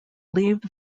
leave